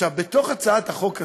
עכשיו, בתוך הצעת החוק הזאת,